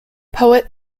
poet